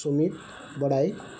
Sumit ବଡ଼ାଇ